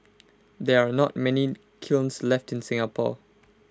there are not many kilns left in Singapore